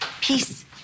peace